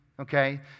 okay